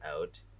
out